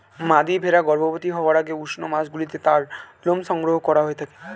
মাদী ভেড়া গর্ভবতী হওয়ার আগে উষ্ণ মাসগুলিতে তার লোম সংগ্রহ করা হয়ে থাকে